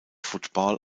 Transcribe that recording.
football